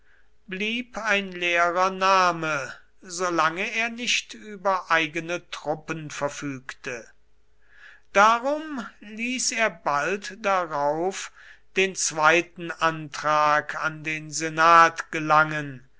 blieb ein leerer name solange er nicht über eigene truppen verfügte darum ließ er bald darauf den zweiten antrag an den senat gelangen